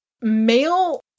male